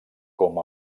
com